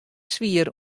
swier